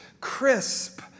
crisp